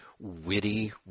witty